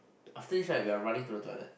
after this right we are running to the toilet